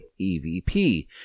EVP